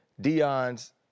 Dion's